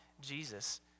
Jesus